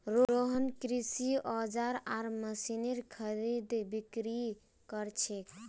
रोहन कृषि औजार आर मशीनेर खरीदबिक्री कर छे